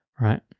right